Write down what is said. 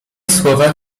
słowa